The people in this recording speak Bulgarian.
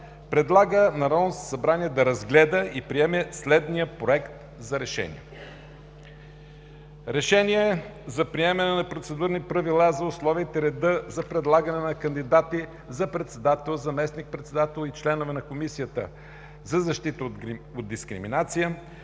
предлага на Народното събрание да разгледа и приеме следния: Проект! РЕШЕНИЕ за приемане на процедурни правила за условията и реда за предлагане на кандидати за председател, заместник-председател и членове на Комисията за защита от дискриминация,